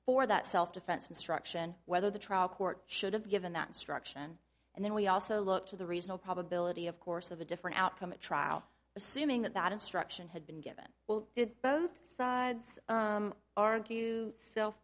for that self defense instruction whether the trial court should have given that instruction and then we also look to the reasonable probability of course of a different outcome at trial assuming that that instruction had been given well did both sides